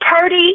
Purdy